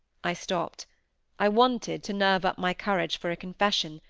i stopped i wanted to nerve up my courage for a confession,